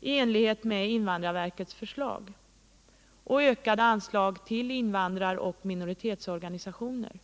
i enlighet med invandrarverkets förslag samt frågan om ökade anslag till invandraroch minoritetsorganisationer.